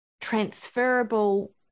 transferable